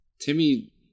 Timmy